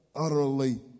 utterly